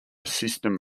system